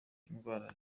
indwara